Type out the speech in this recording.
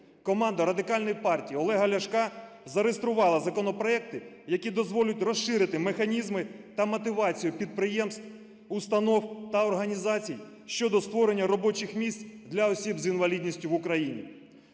Команда Радикальної партії Олега Ляшка зареєструвала законопроекти, які дозволять розширити механізми та мотивацію підприємств, установ та організацій щодо створення робочих місць для осіб з інвалідністю в Україні.